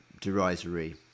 derisory